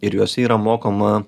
ir juose yra mokoma